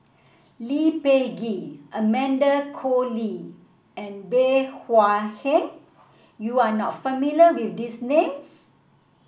Lee Peh Gee Amanda Koe Lee and Bey Hua Heng you are not familiar with these names